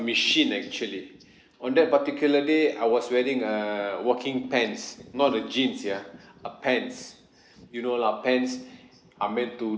machine actually on that particular day I was wearing a working pants not a jeans ya a pants you know lah pants are meant to